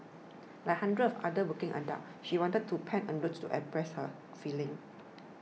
like hundreds of other working adults she wanted to pen a note to express her feelings